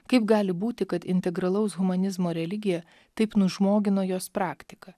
kaip gali būti kad integralaus humanizmo religija taip nužmogino jos praktiką